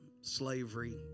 slavery